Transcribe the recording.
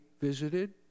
visited